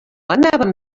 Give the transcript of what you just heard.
anaven